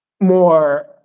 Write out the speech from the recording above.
more